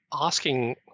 asking